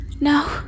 No